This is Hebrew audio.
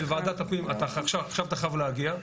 עכשיו אתה חייב להגיע.